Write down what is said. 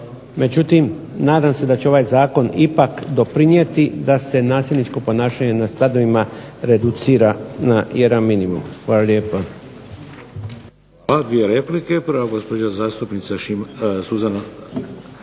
Međutim, nadam se da će ovaj zakon ipak doprinijeti da se nasilničko ponašanje na stadionima reducira na jedan minimum. Hvala lijepo.